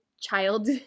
child